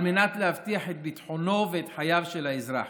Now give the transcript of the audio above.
מנת להבטיח את ביטחונו ואת חייו של האזרח.